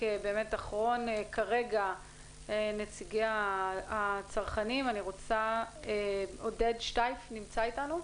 אחרון נציגי הצרכנים כרגע, עודד שטייף נמצא אתנו?